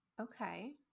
Okay